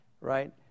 right